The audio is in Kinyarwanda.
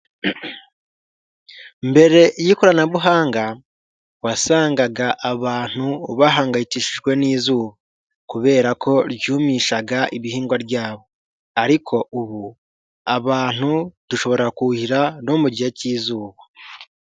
Mbere y'ikoranabuhanga wasangaga abantu bahangayikishijwe ni'izuba, kubera ko ryumishaga ibihingwa byabo. Ariko ubu abantu dushobora kuhira no mugihe cy'izuba.